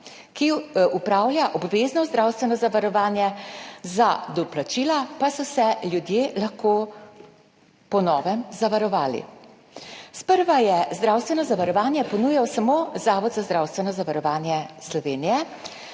ki upravlja obvezno zdravstveno zavarovanje, za doplačila pa so se ljudje lahko po novem zavarovali. Sprva je zdravstveno zavarovanje ponujal samo Zavod za zdravstveno zavarovanje Slovenije,